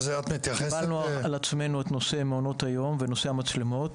קיבלנו על עצמנו את נושא מעונות היום ונושא המצלמות.